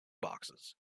boxes